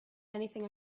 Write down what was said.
anything